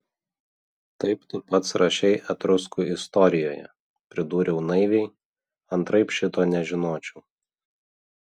taip tu pats rašei etruskų istorijoje pridūriau naiviai antraip šito nežinočiau